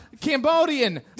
Cambodian